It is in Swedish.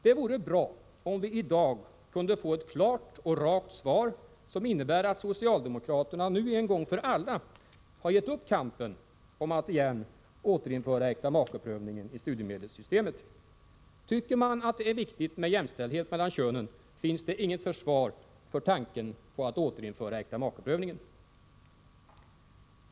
Det vore bra om vi i dag kunde få ett klart och rakt svar, som innebär att socialdemokraterna nu en gång för alla har gett upp kampen för ett återinförande av äktamakeprövningen i studiemedelssystemet. Tycker man att det är viktigt med jämställdhet mellan könen, finns det inget försvar för tanken att återinföra äktamakeprövningen.